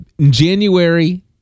January